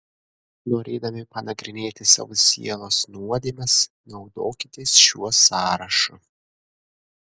norėdami panagrinėti savo sielos nuodėmes naudokitės šiuo sąrašu